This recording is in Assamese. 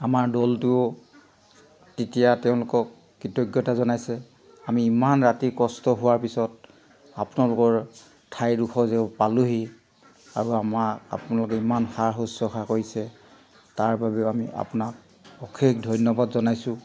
আমাৰ দলটোৱেও তেতিয়া তেওঁলোকক কৃতজ্ঞতা জনাইছে আমি ইমান ৰাতি কষ্ট হোৱাৰ পিছত আপোনালোকৰ ঠাইডোখৰ যে পালোহি আৰু আমাক আপোনালোকে ইমান সা শুশ্ৰূষা কৰিছে তাৰ বাবেও আমি আপোনাক অশেষ ধন্যবাদ জনাইছোঁ